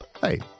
Hey